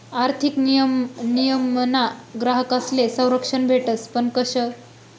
आर्थिक नियमनमा ग्राहकस्ले संरक्षण भेटस पण कशं